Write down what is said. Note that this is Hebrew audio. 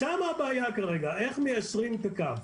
שם הבעיה, איך מיישרים את הקו?